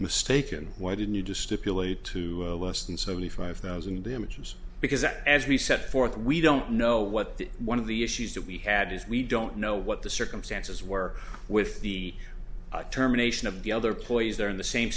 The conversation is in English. mistaken why didn't you just stipulate to less than seventy five thousand damages because as we set forth we don't know what the one of the issues that we had is we don't know what the circumstances were with the terminations of the other ploys they're in the same